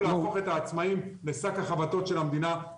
להפוך את העצמאיים לשק החבטות של המדינה,